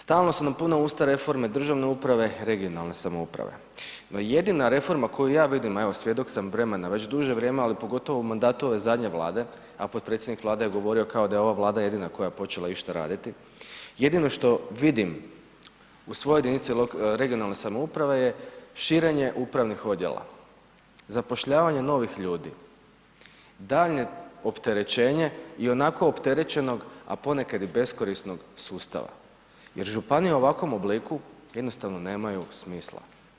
Stalno su nam puna usta reforme državne uprave, regionalne samouprave, no jedina reforma koju ja vidim, a evo svjedok sa vremena već duže vrijeme, ali pogotovo u mandatu ove zadnje Vlade, a podpredsjednik Vlade je govorio kao da je ova Vlada jedina koja je počela išta raditi, jedino što vidim u ... jedinice lokalne, regionalne samouprave je širenje upravnih odjela, zapošljavanje novih ljudi, daljnje opterećenje i onako opterećenog a ponekad i beskorisnog sustava, jer Županije u ovakvom obliku jednostavno nemaju smisla.